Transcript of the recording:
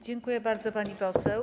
Dziękuję bardzo, pani poseł.